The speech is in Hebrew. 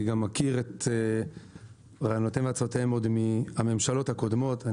אני גם מכיר את רעיונותיהם והצעותיהם עוד מהממשלות הקודמות.